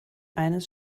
eines